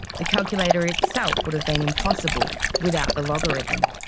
the calculator itself would have been impossible without the logarithm.